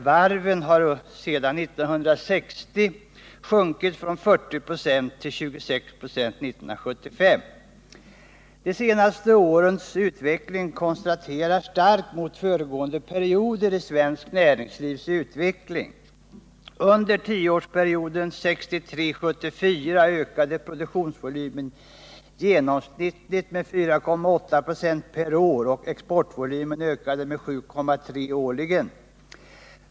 varven har sedan 1960 sjunkit från 40 96 till 26 96 1975. De senaste årens utveckling kontrasterar starkt mot föregående perioder i svenskt näringslivs utveckling. Under tioårsperioden 1963-1974 ökade produktionsvolymen genomsnittligt med 4,8 96 per år, och exportvolymen ökade med 7,3 96 årligen.